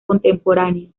contemporánea